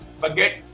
Forget